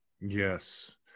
Yes